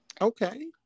okay